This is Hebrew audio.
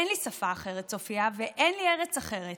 אין לי שפה אחרת, צופיה, ואין לי ארץ אחרת,